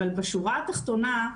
אבל בשורה התחתונה,